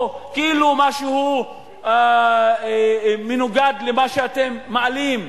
או כאילו משהו מנוגד למה שאתם מעלים,